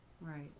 Right